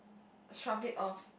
shrug it off